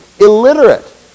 illiterate